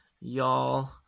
y'all